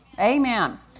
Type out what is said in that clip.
Amen